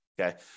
okay